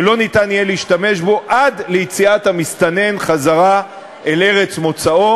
שלא ניתן יהיה להשתמש בו עד ליציאת המסתנן חזרה אל ארץ מוצאו.